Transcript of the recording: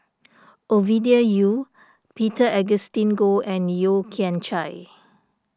Ovidia Yu Peter Augustine Goh and Yeo Kian Chye